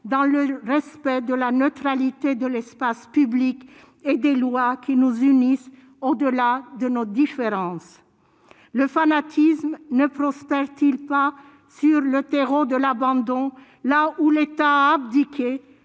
dans le respect de la neutralité de l'espace public et des lois qui nous unissent au-delà de nos différences. Le fanatisme ne prospère-t-il pas sur le terreau de l'abandon, là où l'État a abdiqué,